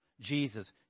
Jesus